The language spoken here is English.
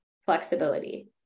Flexibility